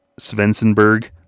Svensenberg